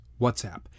whatsapp